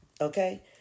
Okay